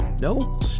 No